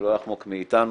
שלא יחמוק מאיתנו.